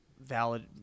Valid